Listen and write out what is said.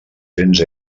cents